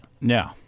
No